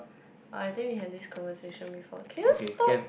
I think we had this conversation before can you stop